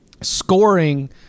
scoring